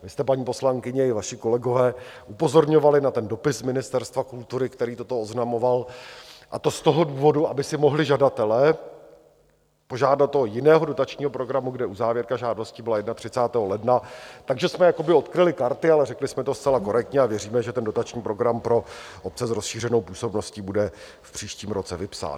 Vy jste, paní poslankyně, i vaši kolegové upozorňovali na dopis Ministerstva kultury, který toto oznamoval, a to z toho důvodu, aby si mohli žadatelé požádat u jiného dotačního programu, kde uzávěrka žádostí byla 31. ledna, takže jsme jakoby odkryli karty, ale řekli jsme to zcela korektně a věříme, že ten dotační program pro obce s rozšířenou působností bude v příštím roce vypsán.